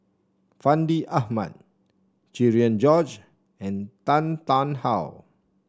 Fandi Ahmad Cherian George and Tan Tarn How